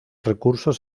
recursos